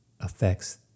affects